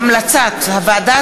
הודעה